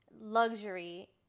luxury